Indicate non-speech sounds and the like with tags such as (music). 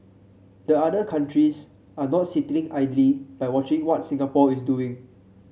the other countries are not sitting (unintelligible) idly by watching what Singapore is doing